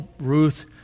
Ruth